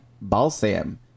Balsam